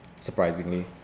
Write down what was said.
Surprisingly